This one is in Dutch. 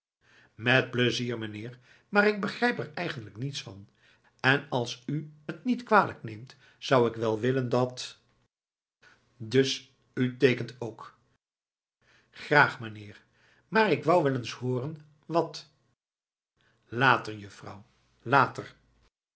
met pleizier meneer maar ik begrijp er eigenlijk niets van en als u t niet kwalijk neemt zou ik wel willen dat dus u teekent ook graag meneer maar ik wou wel eens hooren wat later juffrouw later